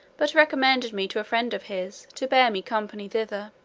but recommended me to a friend of his, to bear me company thither.